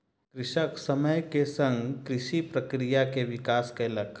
कृषक समय के संग कृषि प्रक्रिया के विकास कयलक